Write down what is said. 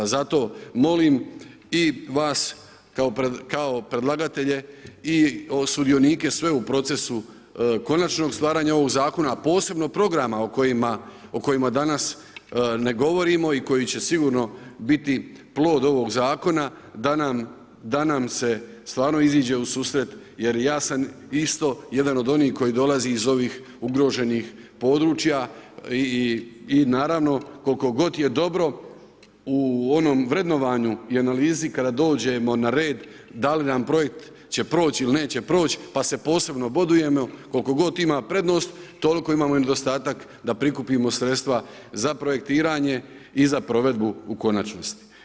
Zato molim i vas kao predlagatelje i sudionike sve u procesu konačnog stvaranja ovog zakona, a posebno programa o kojima danas ne govorimo i koji će sigurno biti plod ovog zakona, da nam se stvarno iziđe u susret jer ja sam isto jedan od onih koji dolazi iz ovih ugroženih područja i naravno koliko god je dobro u onom vrednovanju i analizi kada dođemo na red da li nam projekt će proć ili neće proć pa se posebno bodujemo, koliko god ima prednost, toliko imamo i nedostatak da prikupimo sredstva za projektiranje i za provedbu u konačnosti.